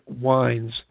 wines